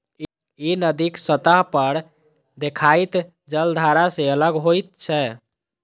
ई नदीक सतह पर देखाइत जलधारा सं अलग होइत छै